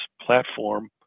platform